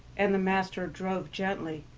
and master drove gently,